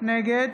נגד